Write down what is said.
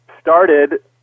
started